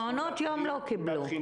מעונות יום לא קיבלו.